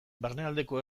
barnealdeko